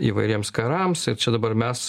įvairiems karams ir čia dabar mes